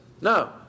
no